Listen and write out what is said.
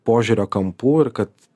požiūrio kampų ir kad